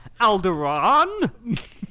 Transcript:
Alderaan